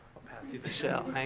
i'll pass you the shell.